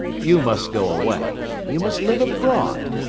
you must go away you must live abroad.